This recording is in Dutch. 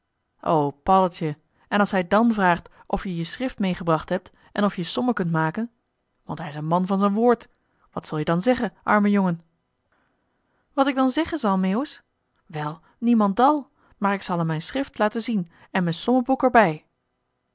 paddeltje en als hij dàn vraagt of je je schrift meegebracht hebt en of je sommen kunt maken want hij is een man van z'n woord wat zul-je dan zeggen arme jongen wat ik dan zeggen zal meeuwis wel niemendal maar ik zal hem m'n schrift laten zien en m'n sommenboek er